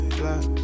black